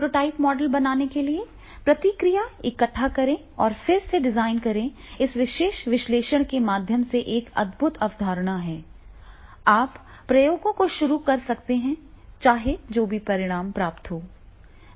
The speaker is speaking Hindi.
प्रोटोटाइप मॉडल बनाने के लिए प्रतिक्रिया इकट्ठा करें और फिर से डिज़ाइन करें इस विशेष विश्लेषण के माध्यम से एक अद्भुत अवधारणा है आप प्रयोगों को शुरू कर सकते हैं चाहे जो भी परिणाम प्राप्त हो